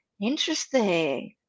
interesting